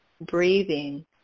breathing